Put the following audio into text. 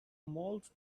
malt